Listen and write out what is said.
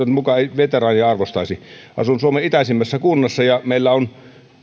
muka veteraaneja arvostaisi asun suomen itäisimmässä kunnassa ja meillä on